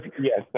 yes